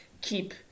keep